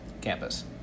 campus